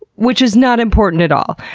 which is not important, at all.